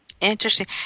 Interesting